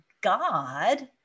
God